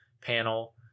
panel